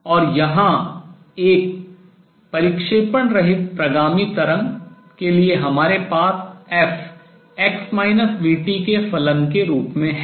और यहाँ एक परिक्षेपण रहित प्रगामी तरंग के लिए हमारे पास f के फलन के रूप में है